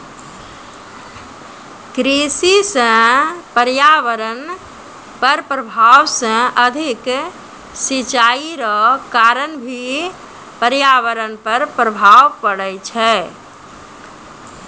कृषि से पर्यावरण पर प्रभाव मे अधिक सिचाई रो कारण भी पर्यावरण पर प्रभाव पड़ै छै